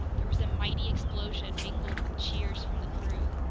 there was a mighty explosion, mingled with cheers from the crew.